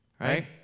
Right